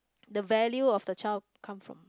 the value of the child come from